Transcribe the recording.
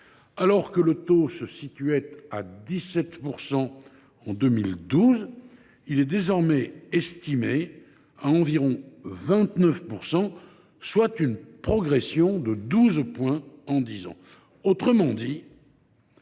Alors qu’il atteignait 17 % en 2012, il est désormais estimé à environ 29 %, soit une progression de 12 points en dix ans.